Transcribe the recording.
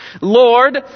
Lord